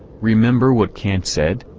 remember what kant said?